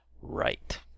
Right